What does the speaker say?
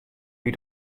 wie